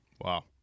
Wow